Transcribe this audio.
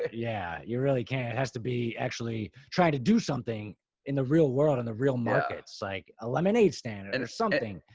yeah. you really can't. it has to be actually trying to do something in the real world and the real markets like a lemonaide stand or and or something.